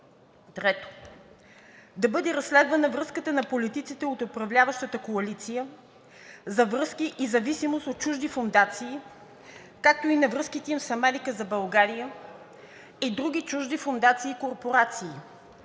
3. Да бъде разследвана връзката на политиците от управляващата коалиция за връзки и зависимост от чужди фондации, както и връзките им с „Америка за България“ и други чужди фондации и корпорации,